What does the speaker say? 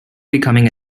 becoming